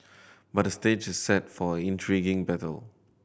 but the stage is set for an intriguing battle